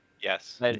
yes